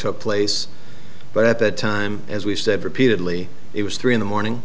took place but at that time as we said repeatedly it was three in the morning